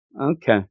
Okay